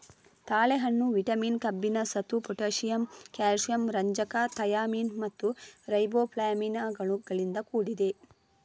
ತಾಳೆಹಣ್ಣು ವಿಟಮಿನ್, ಕಬ್ಬಿಣ, ಸತು, ಪೊಟ್ಯಾಸಿಯಮ್, ಕ್ಯಾಲ್ಸಿಯಂ, ರಂಜಕ, ಥಯಾಮಿನ್ ಮತ್ತು ರೈಬೋಫ್ಲಾವಿನುಗಳಿಂದ ಕೂಡಿದೆ